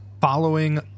following